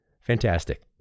Fantastic